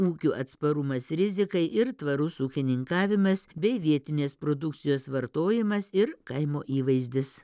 ūkių atsparumas rizikai ir tvarus ūkininkavimas bei vietinės produkcijos vartojimas ir kaimo įvaizdis